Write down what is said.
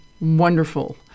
wonderful